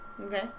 Okay